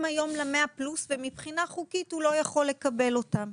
היום ל-100 פלוס ומבחינה חוקית הוא לא יכול לקבל אותם,